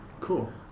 Cool